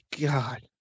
god